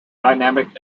dynamic